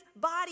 body